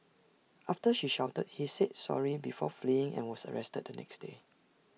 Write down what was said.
after she shouted he said sorry before fleeing and was arrested the next day